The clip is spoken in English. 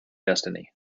destiny